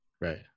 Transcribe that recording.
Right